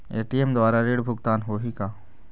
ATM द्वारा ऋण भुगतान होही का?